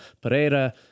pereira